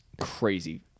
crazy